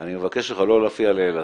אני מבקש ממך לא להפריע לאלעזר.